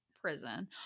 prison